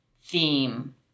theme